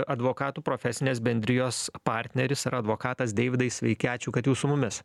advokatų profesinės bendrijos partneris ir advokatas deividai sveiki ačiū kad jūs su mumis